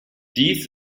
dies